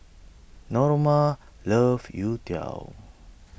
Norma loves Youtiao